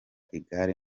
igare